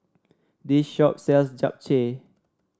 this shop sells Japchae